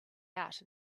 out